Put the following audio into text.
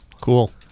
Cool